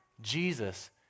Jesus